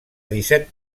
disset